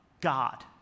God